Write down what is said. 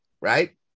right